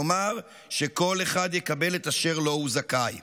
כלומר שכל אחד יקבל את אשר לו הוא זכאי.